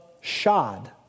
shod